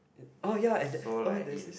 oh ya and there that is